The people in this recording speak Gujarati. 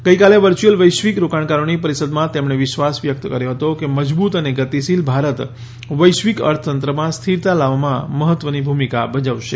ગઈકાલે વર્ચ્યુઅલ વૈશ્વિક રોકાણકારોની પરિષદમાં તેમણે વિશ્વાસ વ્યક્ત કર્યો હતો કે મજબૂત અને ગતિશીલ ભારત વૈશ્વિક અર્થતંત્રમાં સ્થીરતા લાવવામાં મહત્વની ભૂમિકા ભજવશે